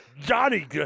Johnny